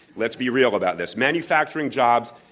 let's be real about this. manufacturing jobs,